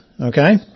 okay